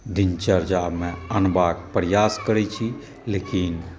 दिनचर्यामे अनबाक प्रयास करैत छी लेकिन